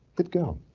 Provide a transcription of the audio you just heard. it go.